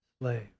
slave